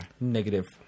Negative